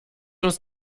uns